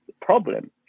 problem